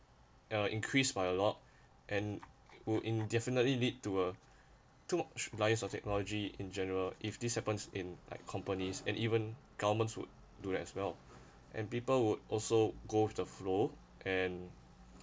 uh increased by a lot and will indefinitely lead to a too much reliance on technology in general if this happens in like companies and even governments would do that as well and people would also go with the flow and